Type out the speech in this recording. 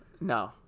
No